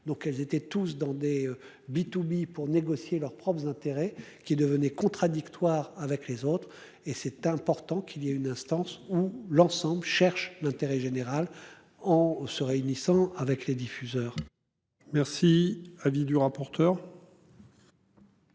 Donc elles étaient tous dans des B2B pour négocier leurs propres intérêts qui devenait contradictoire avec les autres et c'est important qu'il y a une instance où l'ensemble cherche l'intérêt général. En se réunissant avec les diffuseurs. Merci. Avis du rapporteur.